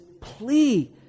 plea